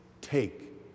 take